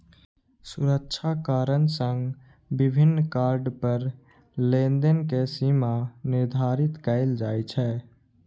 सुरक्षा कारण सं विभिन्न कार्ड पर लेनदेन के सीमा निर्धारित कैल जाइ छै